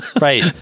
Right